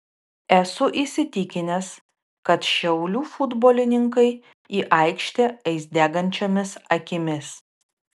esu įsitikinęs kad šiaulių futbolininkai į aikštę eis degančiomis akimis